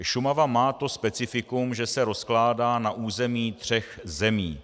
Šumava má to specifikum, že se rozkládá na území tří zemí.